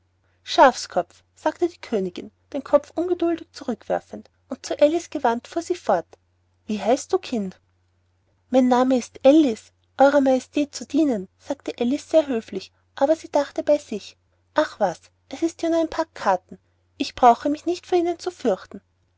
schafskopf sagte die königin den kopf ungeduldig zurückwerfend und zu alice gewandt fuhr sie fort wie heißt du kind mein name ist alice euer majestät zu dienen sagte alice sehr höflich aber sie dachte bei sich ach was es ist ja nur ein pack karten ich brauche mich nicht vor ihnen zu fürchten